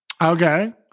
Okay